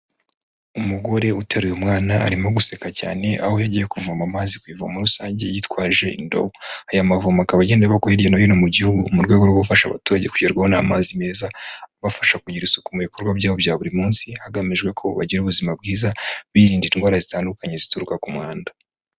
Umugore uteruye umwana arimo guseka cyane aho yagiye kuvoma amazi ku ivomo rusange yitwaje indobo aya mavomo akaba agenderwa hirya no hino mu gihugu mu rwego rwo gufasha abaturage kugerwaho n'amazi meza abafasha kugira isuku mu bikorwa byabo bya buri munsi hagamijwe ko bagira ubuzima bwiza birinda indwara zitandukanye zituruka ku mwanda.